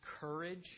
courage